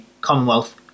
Commonwealth